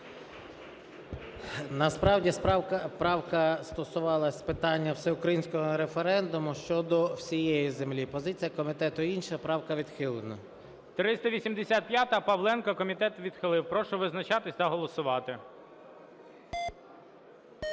Насправді правка стосувалася питання всеукраїнського референдуму щодо всієї землі. Позиція комітету інша, правка відхилена. ГОЛОВУЮЧИЙ. 385-а Павленка, комітет відхилив. Прошу визначатися та голосувати.